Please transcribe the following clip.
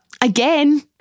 again